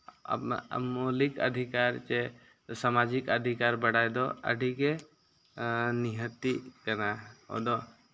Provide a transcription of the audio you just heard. ᱟᱢᱟᱜ ᱢᱳᱹᱞᱤᱠ ᱚᱫᱷᱤᱠᱟᱨ ᱥᱮ ᱥᱟᱢᱟᱡᱤᱠ ᱚᱫᱷᱤᱠᱟᱨ ᱵᱟᱰᱟᱭ ᱫᱚ ᱟᱹᱰᱤ ᱜᱮ ᱱᱤᱦᱟᱹᱛᱤᱜ ᱠᱟᱱᱟ ᱟᱫᱚ